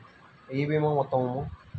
ఏ భీమా ఉత్తమము?